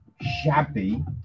shabby